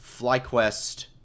FlyQuest